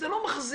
זה לא מחזיק.